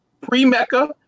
pre-MECCA